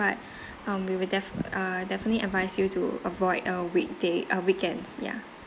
ut um we would def~ uh definitely advise you to avoid uh weekday uh weekends ya